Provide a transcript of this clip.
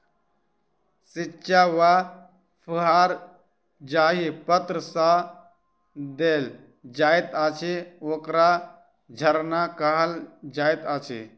छिच्चा वा फुहार जाहि पात्र सँ देल जाइत अछि, ओकरा झरना कहल जाइत अछि